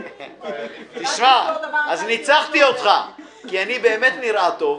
אז ניצחתי אותך, כי אני ממש נראה טוב ...